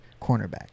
cornerback